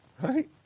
right